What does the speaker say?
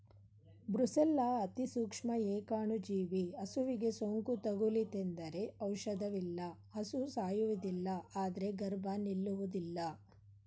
brucella ಅತಿಸೂಕ್ಷ್ಮ ಏಕಾಣುಜೀವಿ ಹಸುವಿಗೆ ಸೋಂಕು ತಗುಲಿತೆಂದರೆ ಔಷಧವಿಲ್ಲ ಹಸು ಸಾಯುವುದಿಲ್ಲ ಆದ್ರೆ ಗರ್ಭ ನಿಲ್ಲುವುದಿಲ್ಲ